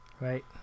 right